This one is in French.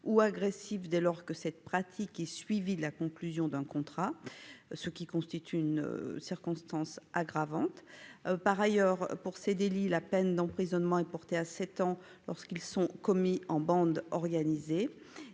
agressive, dès lors que cette pratique est suivie de la conclusion d'un contrat, ce qui constitue une circonstance aggravante. Par ailleurs, pour ces délits, la peine d'emprisonnement est portée à sept ans lorsqu'ils sont commis en bande organisée.